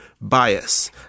bias